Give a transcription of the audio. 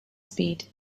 speed